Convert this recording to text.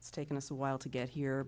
it's taken us a while to get here